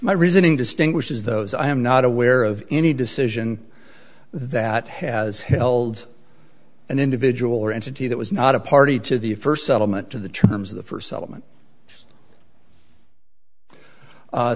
my reasoning distinguishes those i am not aware of any decision that has held an individual or entity that was not a party to the first settlement to the terms of the first element